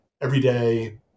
everyday